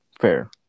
Fair